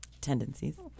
tendencies